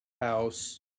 house